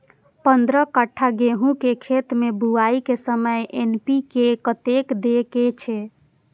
पंद्रह कट्ठा गेहूं के खेत मे बुआई के समय एन.पी.के कतेक दे के छे?